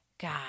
God